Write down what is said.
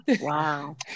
Wow